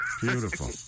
Beautiful